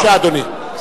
בבקשה, אדוני.